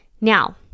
Now